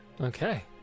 Okay